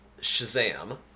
Shazam